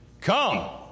come